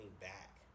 back